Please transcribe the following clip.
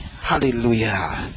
Hallelujah